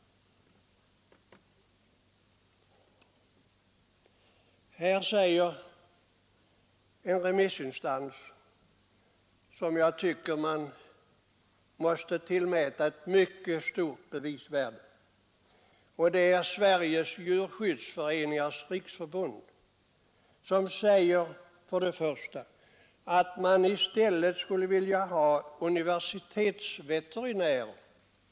Här säger en remissinstans, nämligen Sveriges djurskyddsföreningars riksförbund, vars yttrande jag tycker att man måste tillmäta ett mycket stort bevisvärde, först och främst att man i stället skulle vilja ha universitetsveterinärer.